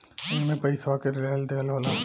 एईमे पइसवो के लेहल दीहल होला